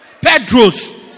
Pedro's